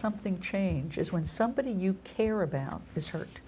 something changes when somebody you care about is hurt